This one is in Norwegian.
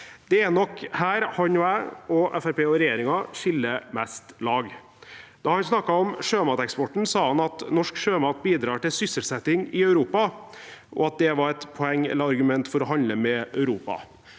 Det er nok her han og jeg, og Fremskrittspartiet og regjeringen, skiller mest lag. Da han snakket om sjømateksporten, sa han at norsk sjømat bidrar til sysselsetting i Europa, og at det var et poeng eller argument for å handle med Europa.